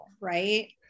right